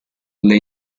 alle